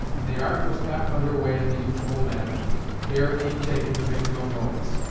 and the ark was got under way in the usual manner care being taken to make no noise.